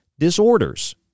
disorders